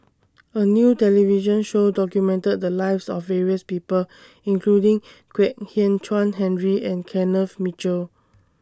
A New television Show documented The Lives of various People including Kwek Hian Chuan Henry and Kenneth Mitchell